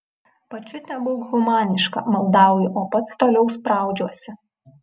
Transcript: pačiute būk humaniška maldauju o pats toliau spraudžiuosi